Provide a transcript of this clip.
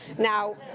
now,